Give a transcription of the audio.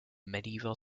medieval